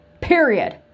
Period